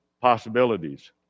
possibilities